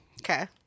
Okay